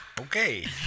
Okay